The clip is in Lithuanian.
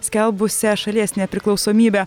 skelbusią šalies nepriklausomybę